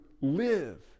live